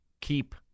Keep